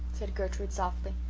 said gertrude softly.